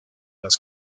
las